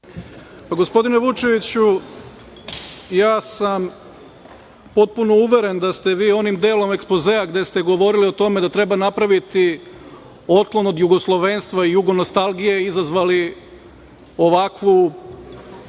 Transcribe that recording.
Gospodine Vučeviću, ja sam potpuno uveren da ste vi onim delom ekspozea gde ste govorili o tome da treba napraviti otklon od jugoslovenstva i jugonostalgije izazvali ovakvu,